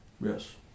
Yes